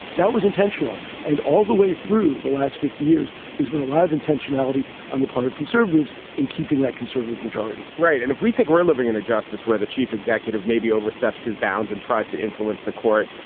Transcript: that was intentional. and all the way through the last fifty years, there's been a lot of intentionality on the part of conservatives in keeping that conservative majority right. and if we think we're living in a justice where the chief executive maybe overstepped his bounds and tries to influence the court,